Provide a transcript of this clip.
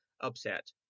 upset